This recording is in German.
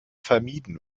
vermieden